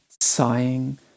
sighing